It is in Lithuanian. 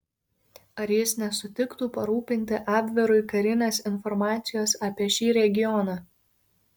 ar jis nesutiktų parūpinti abverui karinės informacijos apie šį regioną